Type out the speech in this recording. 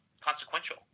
consequential